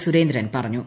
സുരേന്ദ്രൻ പറഞ്ഞു